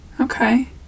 Okay